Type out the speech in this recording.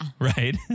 Right